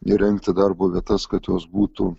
įrengti darbo vietas kad jos būtų